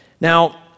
Now